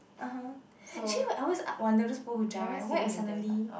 (uh huh) actually I always uh wonder those people who jump right what if suddenly